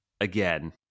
again